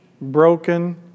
broken